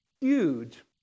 huge